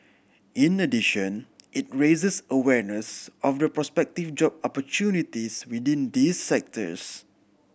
in addition it raises awareness of the prospective job opportunities within these sectors